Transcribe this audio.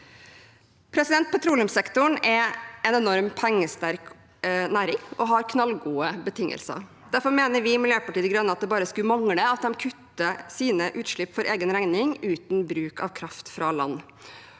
Petroleumssektoren er en enormt pengesterk næring som har knallgode betingelser. Derfor mener vi i Miljøpartiet De Grønne at det bare skulle mangle at man kutter egne utslipp for egen regning uten bruk av kraft fra land.